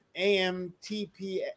AMTP